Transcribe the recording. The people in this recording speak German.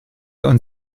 und